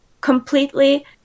completely